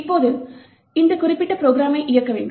இப்போது இந்த குறிப்பிட்ட ப்ரோக்ராமை இயக்க வேண்டும்